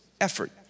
effort